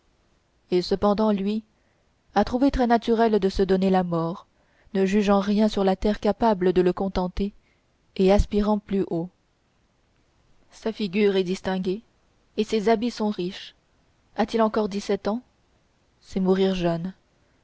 et cependant lui a trouvé très naturel de se donner la mort ne jugeant rien sur la terre capable de le contenter et aspirant plus haut sa figure est distinguée et ses habits sont riches a-t-il encore dix-sept ans c'est mourir jeune